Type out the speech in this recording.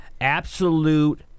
absolute